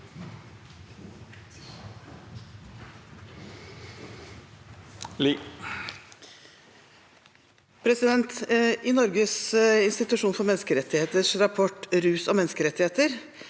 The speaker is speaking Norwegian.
I Norges institusjon for menneskerettigheters rapport Rus og menneskerettigheter